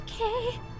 Okay